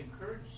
encourage